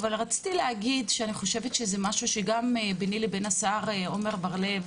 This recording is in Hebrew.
אבל רציתי להגיד שאני חושבת שזה משהו שגם ביני לבין השר עמר בר לב,